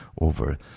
over